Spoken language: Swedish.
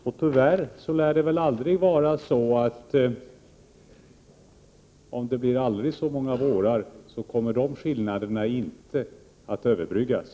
Om det blir aldrig så många vårar så lär det tyvärr vara så att skillnaderna ändå inte kommer att överbryggas.